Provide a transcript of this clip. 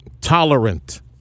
tolerant